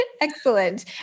Excellent